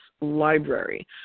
Library